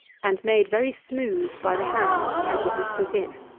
and made very smooth by the hand as it is put in.